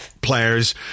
players